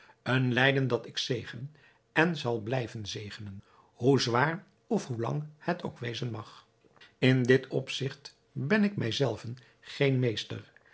een lijden dat ik zegen en zal blijven zegenen hoe zwaar of lang het ook wezen mag in dit opzigt ben ik mij zelven geen meester